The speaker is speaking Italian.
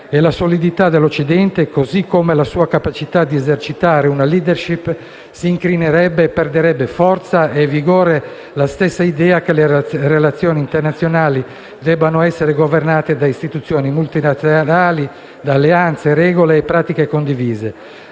la solidità dell'Occidente, così come la sua capacità di esercitare una *leadership* si incrinerebbe. Perderebbe forza e vigore la stessa idea che le relazioni internazionali debbano essere completate da istituzioni multilaterali, da alleanze, regole e pratiche condivise,